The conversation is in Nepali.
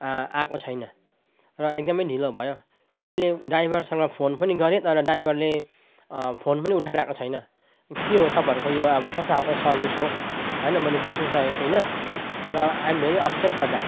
आएको छैन र एकदमै ढिलो भयो मैले ड्राइभरसँग फोन पनि गरेँ तर ड्राइभरले फोन पनि उठाइरहेको छैन के हो तपाईँहरूको यो अब कस्तो खालको सर्विस हो होइन मैले बुझ्नुसकेको छुइनँ र I am very upset for that